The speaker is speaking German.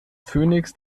phoenix